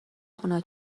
خونه